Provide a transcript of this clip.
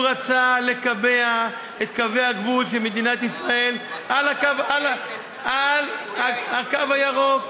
הוא רצה לקבע את קווי הגבול של מדינת ישראל על הקו הירוק.